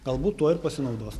galbūt tuo ir pasinaudos